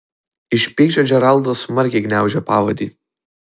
iš pykčio džeraldas smarkiai gniaužė pavadį